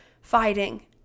fighting